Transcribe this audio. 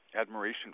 admiration